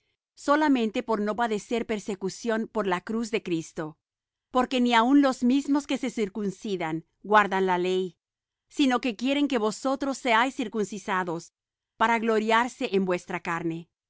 solamente por no padecer persecución por la cruz de cristo porque ni aun los mismos que se circuncidan guardan la ley sino que quieren que vosotros seáis circuncidados para gloriarse en vuestra carne